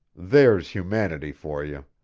there's humanity for you!